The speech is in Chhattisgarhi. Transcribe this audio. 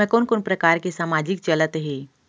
मैं कोन कोन प्रकार के सामाजिक चलत हे?